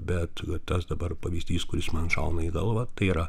bet tas dabar pavyzdys kuris man šauna į galvą tai yra